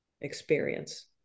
experience